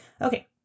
Okay